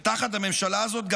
ותחת הממשלה הזאת,